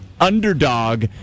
underdog